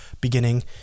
beginning